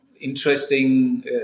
interesting